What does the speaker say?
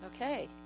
Okay